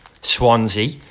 Swansea